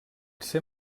ser